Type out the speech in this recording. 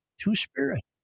Two-spirit